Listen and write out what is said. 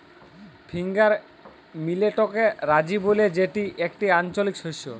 finger মিলেটকে রাজি ব্যলে যেটি একটি আঞ্চলিক শস্য